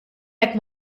hekk